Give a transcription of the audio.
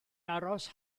aros